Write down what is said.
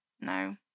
no